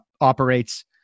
operates